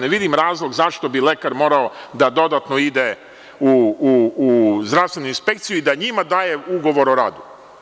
Ne vidim razlog zašto bi lekar morao da dodatno ide u zdravstvenu inspekciju i da njima daje ugovor o radu.